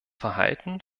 verhalten